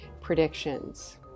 predictions